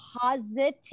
positive